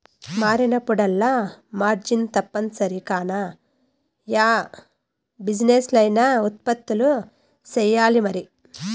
మారినప్పుడల్లా మార్జిన్ తప్పనిసరి కాన, యా బిజినెస్లా అయినా ఉత్పత్తులు సెయ్యాల్లమరి